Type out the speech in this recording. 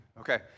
Okay